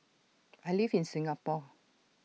I live in Singapore